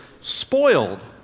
spoiled